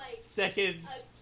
Seconds